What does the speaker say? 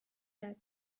کرد